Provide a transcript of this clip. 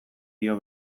dio